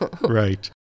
Right